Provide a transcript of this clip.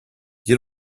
you